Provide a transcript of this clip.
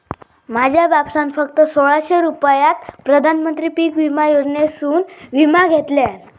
माझ्या बापसान फक्त सोळाशे रुपयात प्रधानमंत्री पीक विमा योजनेसून विमा घेतल्यान